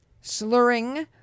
slurring